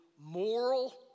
moral